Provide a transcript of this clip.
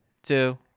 Two